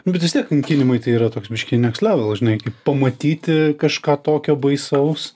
nu bet vis tiek kankinimai tai yra toks biškį nekst level žinai kaip pamatyti kažką tokio baisaus